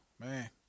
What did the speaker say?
man